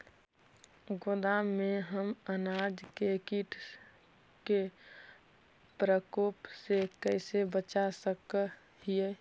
गोदाम में हम अनाज के किट के प्रकोप से कैसे बचा सक हिय?